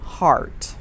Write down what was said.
heart